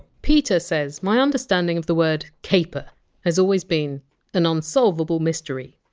peter says my understanding of the word caper has always been an unsolvable mystery.